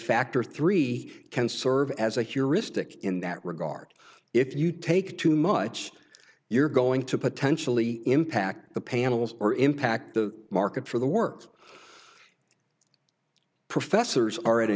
factor three can serve as a heuristic in that regard if you take too much you're going to potentially impact the panels or impact the market for the works professors are